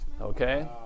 Okay